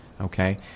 Okay